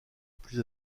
plus